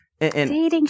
Dating